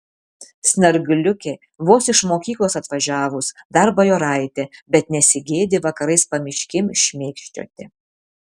snargliukė vos iš mokyklos atvažiavus dar bajoraitė bet nesigėdi vakarais pamiškėm šmėkščioti